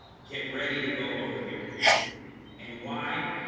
get ready to go over here and why?